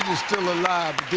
still alive,